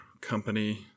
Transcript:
company